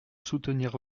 soutenir